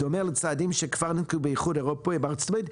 בדומה לצעדים שכבר ננקטו באיחוד האירופי ובארצות הברית,